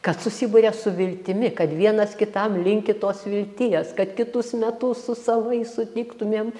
kad susiburia su viltimi kad vienas kitam linki tos vilties kad kitus metus su savais sutiktumėm